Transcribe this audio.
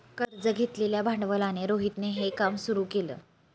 कर्ज घेतलेल्या भांडवलाने रोहितने हे काम सुरू केल